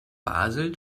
basel